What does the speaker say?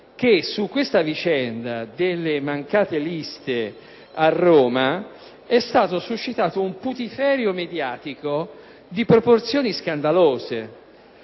che sulla vicenda delle mancate liste a Roma si è scatenato un putiferio mediatico di proporzioni scandalose,